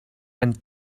and